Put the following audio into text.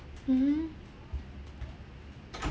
mmhmm